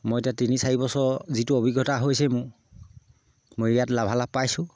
মই এতিয়া তিনি চাৰিবছৰ যিটো অভিজ্ঞতা হৈছে মোৰ মই ইয়াত লাভালাভ পাইছোঁ